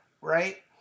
Right